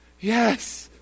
Yes